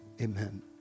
Amen